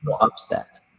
upset